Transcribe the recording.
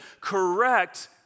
correct